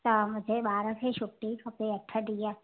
त मुंहिंजे ॿार खे छुटी खपे अठ ॾींहं